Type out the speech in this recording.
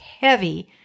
heavy